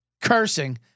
cursing